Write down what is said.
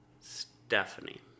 Stephanie